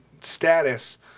status